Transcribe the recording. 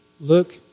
look